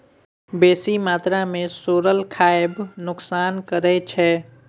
बेसी मात्रा मे सोरल खाएब नोकसान करै छै